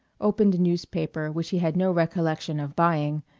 opened a newspaper which he had no recollection of buying,